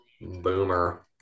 Boomer